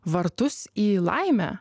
vartus į laimę